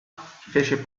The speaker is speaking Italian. fece